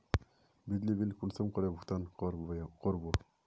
बिजली बिल कुंसम करे भुगतान कर बो?